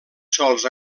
sols